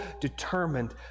determined